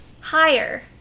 higher